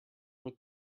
were